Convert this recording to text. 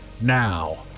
Now